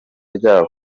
ryabo